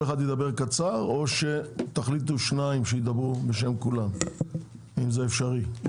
אז או שכל אחד ידבר קצר או שתחליטו שניים שידברו בשם כולם אם זה אפשרי.